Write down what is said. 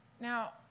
Now